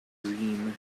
dream